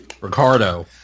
Ricardo